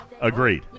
Agreed